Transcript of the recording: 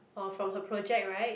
oh from her project right